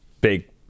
big